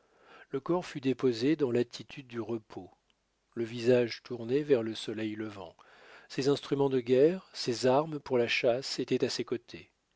le corps fut déposé dans l'attitude du repos le visage tourné vers le soleil levant ses instruments de guerre ses armes pour la chasse étaient à ses côtés